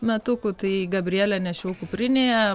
metukų tai gabrielę nešiau kuprinėje